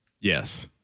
Yes